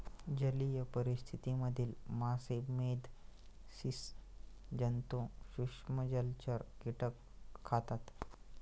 जलीय परिस्थिति मधील मासे, मेध, स्सि जन्तु, सूक्ष्म जलचर, कीटक खातात